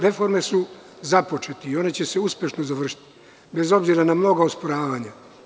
Reforme su započete i one će se uspešno završiti, bez obzira na mnoga osporavanja.